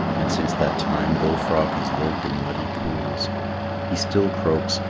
and since that time bull frog has lived in muddy pools he still croaks,